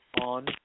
on